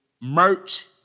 merch